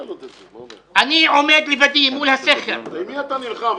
אני עומד לבדי מול הסכר -- במי אתה נלחם?